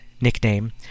nickname